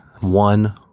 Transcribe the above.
one